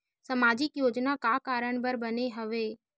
सामाजिक योजना का कारण बर बने हवे?